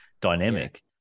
dynamic